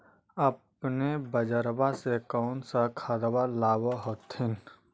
अपने बजरबा से कौन सा खदबा लाब होत्थिन?